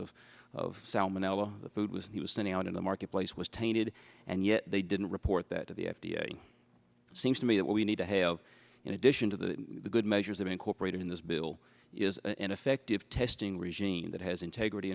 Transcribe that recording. of salmonella the food was he was standing out in the marketplace was tainted and yet they didn't report that to the f d a seems to me that what we need to have in addition to the good measures to be incorporated in this bill is an effective testing regime that has integrity